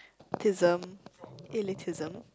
tism eh elitism